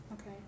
Okay